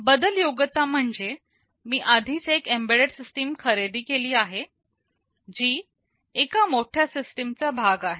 बदल योग्यता म्हणजे मी आधीच एक एम्बेडेड सिस्टीम खरेदी केली आहे जी एका मोठ्या सिस्टीमचा भाग आहे